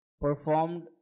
performed